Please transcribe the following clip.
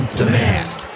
demand